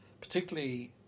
particularly